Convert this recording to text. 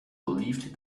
believed